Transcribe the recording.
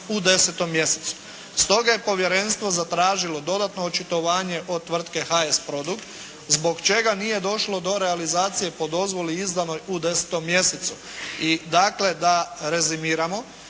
u 10. mjesecu. Stoga je povjerenstvo zatražilo dodatno očitovanje od tvrtke "HS produkt" zbog čega nije došlo do realizacije po dozvoli izdanoj u 10. mjesecu. I dakle da rezimiramo.